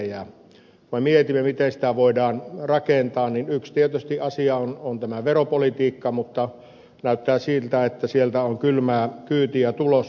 kun mietimme miten sitä voidaan rakentaa niin yksi asia tietysti on veropolitiikka mutta näyttää siltä että sieltä on kylmää kyytiä tulossa